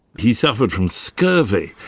he suffered from scurvy,